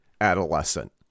adolescent